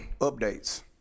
updates